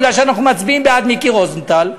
כי אנחנו מצביעים בעד מיקי רוזנטל,